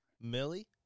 Millie